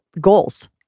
goals